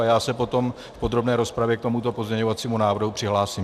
Já se potom v podrobné rozpravě k tomuto pozměňovacímu návrhu přihlásím.